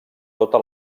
tota